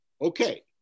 Okay